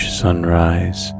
sunrise